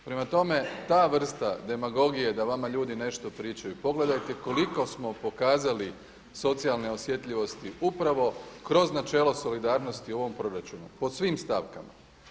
Prema tome ta vrsta demagogije da vama ljudi nešto pričaju, pogledate koliko smo pokazali socijalne osjetljivosti upravo kroz načelo solidarnosti u ovom proračunu po svim stavkama.